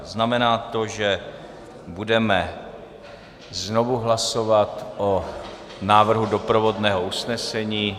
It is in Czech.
Znamená to, že budeme znovu hlasovat o návrhu doprovodného usnesení.